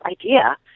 idea